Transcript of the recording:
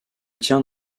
tient